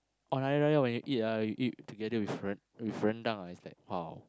on Hari Raya when you eat ah when you eat together with ren~ with rendang ah it's like !wow!